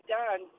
done